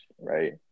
right